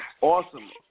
Awesome